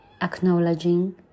acknowledging